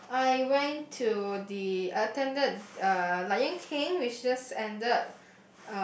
oh I went to the I attended uh Lion-King which just ended